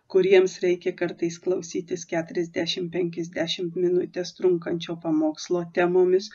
kuriems reikia kartais klausytis keturiasdešimt penkiasdešimt minutes trunkančio pamokslo temomis